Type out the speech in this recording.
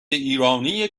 ایرانی